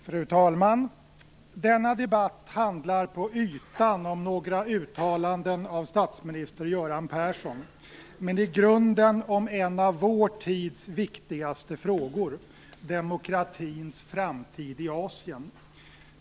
Fru talman! Denna debatt handlar på ytan om några uttalanden av statsminister Göran Persson men i grunden om en av vår tids viktigaste frågor, nämligen demokratins framtid i Asien.